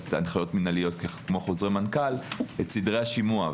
הנחיות מינהליות כמו חוזרי מנכ"ל את סדרי השימוע.